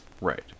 right